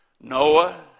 Noah